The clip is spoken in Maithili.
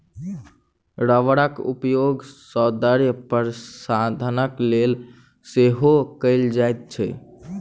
रबड़क उपयोग सौंदर्य प्रशाधनक लेल सेहो कयल जाइत अछि